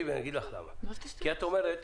את אומרת,